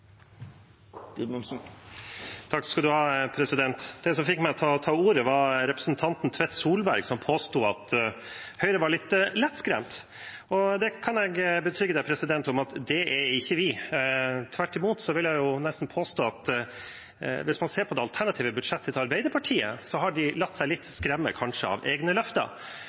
Det som fikk meg til å ta ordet, var representanten Tvedt Solberg, som påsto at Høyre var litt lettskremt. Det kan jeg betrygge ham på at det er vi ikke. Tvert imot vil jeg nesten påstå at hvis man ser på det alternative budsjettet til Arbeiderpartiet, har de kanskje latt seg skremme litt av egne løfter.